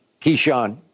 Keyshawn